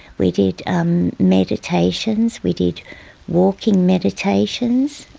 we did um meditations, we did walking meditations.